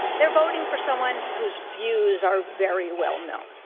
they're voting for someone who's views are very well known.